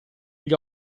gli